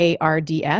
ARDS